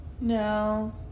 no